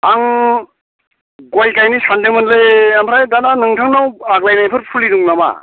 आं गय गायनो सानदोंमोनलै ओमफ्राय दाना नोंथांनाव आग्लायनायफोर फुलि दं नामा